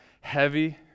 heavy